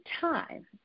time